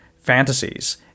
fantasies